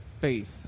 faith